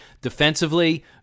defensively